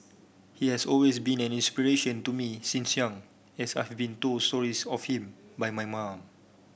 he has always been an inspiration to me since young as I have been told stories of him by my mum